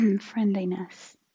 friendliness